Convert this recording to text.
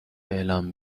اعلام